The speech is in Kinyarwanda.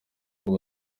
ngo